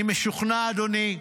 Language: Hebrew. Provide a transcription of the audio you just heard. אני משוכנע, אדוני,